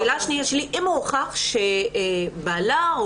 השאלה השנייה שלי אם הוכח שבעלה או